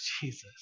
Jesus